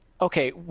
Okay